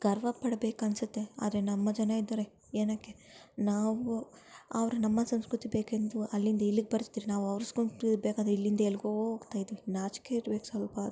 ಗರ್ವಪಡಬೇಕನ್ಸತ್ತೆ ಆದರೆ ನಮ್ಮ ಜನ ಇದ್ದಾರೆ ಏನಕ್ಕೆ ನಾವು ಅವರು ನಮ್ಮ ಸಂಸ್ಕೃತಿ ಬೇಕೆಂದು ಅಲ್ಲಿಂದ ಇಲ್ಲಿಗೆ ಬರ್ತಿರ್ ನಾವು ಅವ್ರ ಸಂಸ್ಕೃತಿ ಬೇಕಂದ್ರೆ ಇಲ್ಲಿಂದ ಎಲ್ಲಿಗೋ ಹೋಗ್ತಾ ಇದ್ವಿ ನಾಚಿಕೆ ಇರ್ಬೇಕು ಸ್ವಲ್ಪ